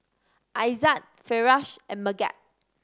Aizat Firash and Megat